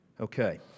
Okay